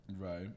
Right